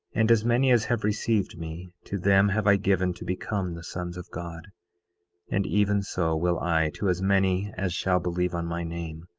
and as many as have received me, to them have i given to become the sons of god and even so will i to as many as shall believe on my name,